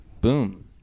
Boom